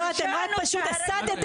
שקר מוחלט,